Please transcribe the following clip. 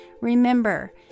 Remember